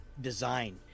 design